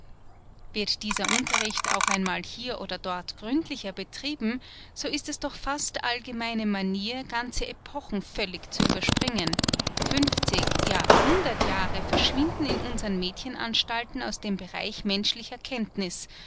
wird dieser unterricht auch einmal hier oder dort gründlicher betrieben so ist es doch fast allgemeine manier ganze epochen völlig zu überspringen fünfzig ja hundert jahre verschwinden in unsern mädchenanstalten aus dem bereich menschlicher kenntniß